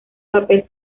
papel